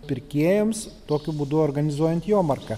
pirkėjams tokiu būdu organizuojant jomarką